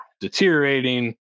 deteriorating